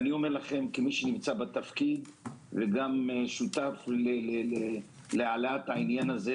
כמי שנמצא בתפקיד וגם שותף להעלאת העניין הזה